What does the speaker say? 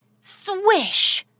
Swish